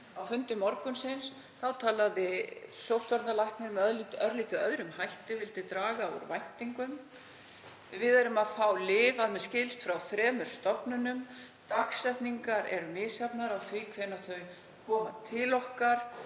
morgunsins talaði sóttvarnalæknir með örlítið öðrum hætti og vildi draga úr væntingum. Við erum að fá lyf, að mér skilst, frá þremur stofnunum. Dagsetningar eru misjafnar á því hvenær þau koma til okkar.